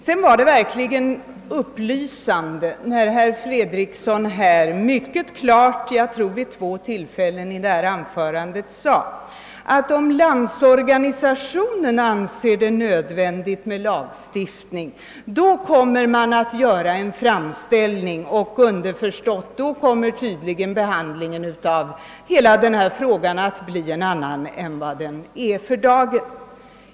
Det var verkligen mycket belysande när herr Fredriksson — jag tror vid två tillfällen — i sitt anförande sade, att om Landsorganisationen anser en lag stiftning nödvändig så kommer den att göra en framställning härom och — underförstått — då kommer behandlingen av hela denna fråga att bli en annan än för dagen.